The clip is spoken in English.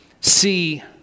see